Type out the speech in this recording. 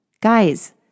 guys